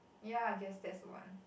ya guess that's the one